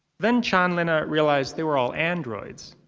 then chanlina realized they were all androids.